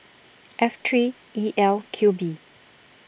F three E L Q B